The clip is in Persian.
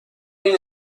این